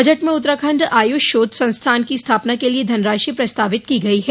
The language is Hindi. बजट में उत्तराखण्ड आयुष शोध संस्थान की स्थापना के लिए धनराशि प्रस्तावित की गई है